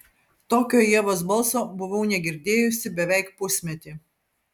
tokio ievos balso buvau negirdėjusi beveik pusmetį